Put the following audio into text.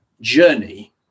journey